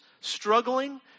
struggling